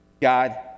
God